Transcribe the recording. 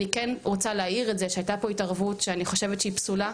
אני כן רוצה להעיר את זה שהייתה פה התערבות שאני חושבת שהיא פסולה,